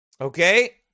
Okay